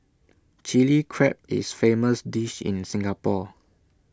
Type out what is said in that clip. Chilli Crab is famous dish in Singapore